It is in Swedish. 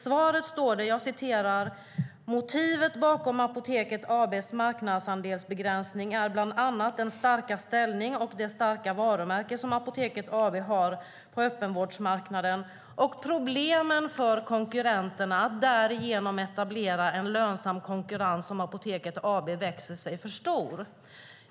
Där står: Motivet bakom Apoteket AB:s marknadsandelsbegränsning är bland annat den starka ställning och det starka varumärke som Apoteket AB har på öppenvårdsmarknaden och problemen för konkurrenterna att därigenom etablera en lönsam konkurrens om Apoteket AB växer sig för stort.